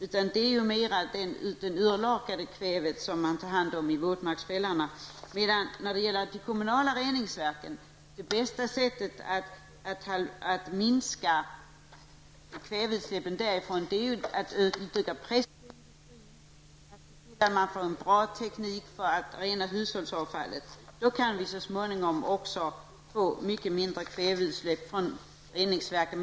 När det gäller de kommunala reningsverken vill jag säga att det bästa sättet att minska kväveutsläppen där är ju att utöva press på industrin, att se till att det blir en bra teknik för att rena hushållsavfallet. Då kan vi så småningom också få mycket mindre kväveutsläpp från reningsverken.